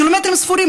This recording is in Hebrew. קילומטרים ספורים.